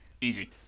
Easy